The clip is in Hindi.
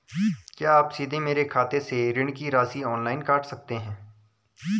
क्या आप सीधे मेरे खाते से ऋण की राशि ऑनलाइन काट सकते हैं?